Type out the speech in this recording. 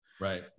Right